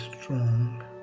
strong